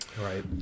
Right